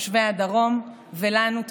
לתושבי הדרום ולנו,